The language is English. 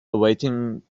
awaiting